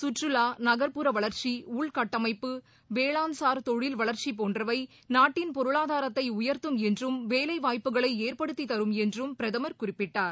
சுற்றுலா நகர்புற வளர்ச்சி உள்கட்டமைப்பு வேளாண்சார் தொழில் வளர்ச்சிபோன்றவைநாட்டின் பொருளாதாரத்தைஉயர்த்தும் என்றும் வேலைவாய்ப்புகளைஏற்படுத்தித் தரும் என்றும் பிரதமர் குறிப்பிட்டார்